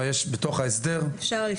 בתוך ההסדר שם אפשר ---,